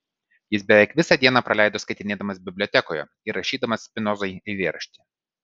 jis beveik visą dieną praleido skaitinėdamas bibliotekoje ir rašydamas spinozai eilėraštį